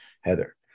Heather